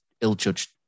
ill-judged